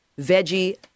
veggie